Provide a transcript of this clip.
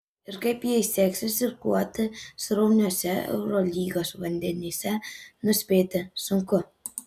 ir kaip jai seksis irkluoti srauniuose eurolygos vandenyse nuspėti sunku